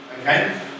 okay